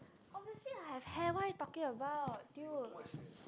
obviously I have hair what are you talking about dude